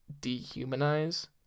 dehumanize